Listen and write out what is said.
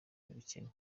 ubukene